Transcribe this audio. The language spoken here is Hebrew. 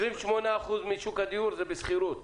28% משוק הדיור זה בשכירות.